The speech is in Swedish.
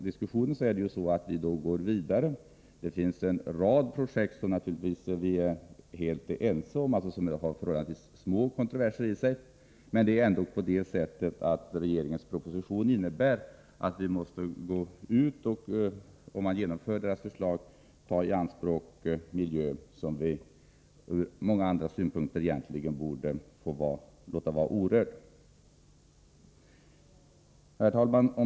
Det är ju fråga om en vidareut byggnad av vattenkraften. Beträffande en rad av projekten instämmer vi visserligen i att det bara är förhållandevis få kontroversiella frågor att ta ställning till, men ett genomförande av propositionens förslag innebär ändå att vi måste ta i anspråk miljöresurser som vi ur många andra synpunkter egentligen borde låta vara orörda. Herr talman!